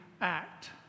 act